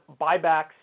buybacks